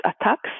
attacks